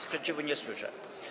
Sprzeciwu nie słyszę.